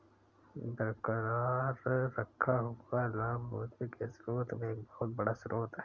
बरकरार रखा हुआ लाभ पूंजी के स्रोत में एक बहुत बड़ा स्रोत है